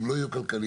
אם לא יהיו כלכליות,